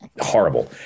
horrible